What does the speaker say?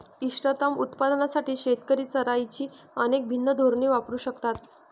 इष्टतम उत्पादनासाठी शेतकरी चराईची अनेक भिन्न धोरणे वापरू शकतात